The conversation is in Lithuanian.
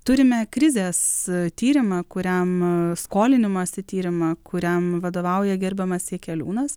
turime krizės tyrimą kuriam skolinimosi tyrimą kuriam vadovauja gerbiamas jakeliūnas